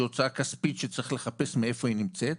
הוצאה כספית שצריך לחפש מאיפה היא נמצאת,